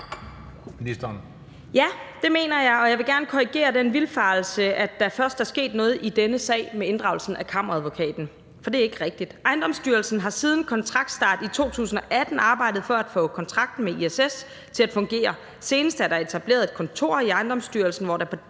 Ja, det mener jeg. Og jeg vil gerne korrigere den vildfarelse, at der først er sket noget i denne sag med inddragelsen af kammeradvokaten, for det er ikke rigtigt. Ejendomsstyrelsen har siden kontraktstart i 2018 arbejdet for at få kontrakten med ISS til at fungere. Senest er der etableret et kontor i Ejendomsstyrelsen, hvor der på